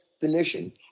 definition